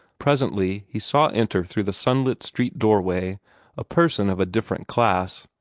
presently he saw enter through the sunlit street doorway a person of a different class.